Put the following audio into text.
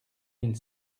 mille